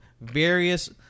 various